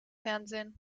fernsehen